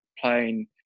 playing